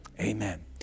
Amen